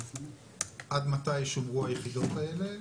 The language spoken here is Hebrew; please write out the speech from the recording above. עד מתי ישומרו היחידות האלה.